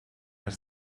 als